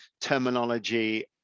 terminology